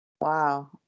Wow